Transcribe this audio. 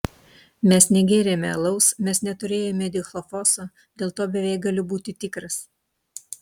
mes negėrėme alaus mes neturėjome dichlofoso dėl to beveik galiu būti tikras